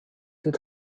would